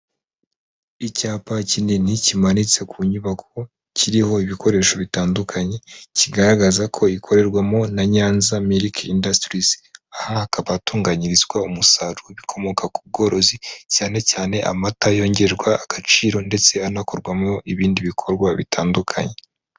Icyapa kinini kimanitse ku nyubako, kiriho ibikoresho bitandukanye, kigaragaza ko ikorerwamo na Nyanza miliki indusitirizi, aha hakaba hatunganyirizwa umusaruro w'ibikomoka ku bworozi cyane cyane amata yongerwa agaciro ndetse anakorwamo ibindi bikorwa bitandukanye.